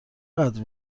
قدر